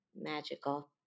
Magical